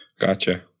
Gotcha